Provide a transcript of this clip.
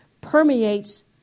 permeates